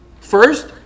First